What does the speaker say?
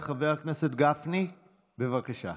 חבר הכנסת גפני, בבקשה.